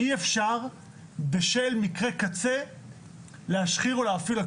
אי אפשר בשל מקרה קצה להשחיר או להאפיל על